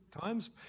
times